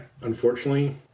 unfortunately